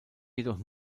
jedoch